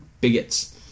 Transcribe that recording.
bigots